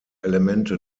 elemente